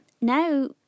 now